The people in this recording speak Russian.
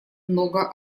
много